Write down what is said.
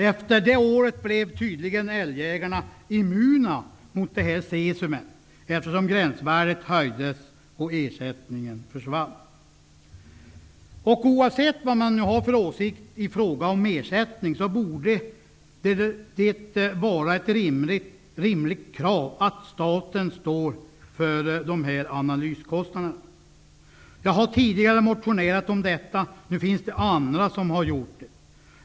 Efter det året blev tydligen älgjägarna immuna mot cesiumet: gränsvärdet höjdes och ersättningen försvann. Oavsett vilken åsikt man har i fråga om ersättning borde det vara ett rimligt krav att staten står för analyskostnaderna. Jag har tidigare motionerat om detta. Nu finns det andra som har gjort det.